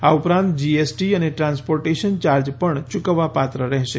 આ ઉપરાંત જીએસટી અને ટ્રાન્સપોર્ટેશન ચાર્જ પણ ચૂકવવાપાત્ર રહેશે